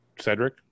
Cedric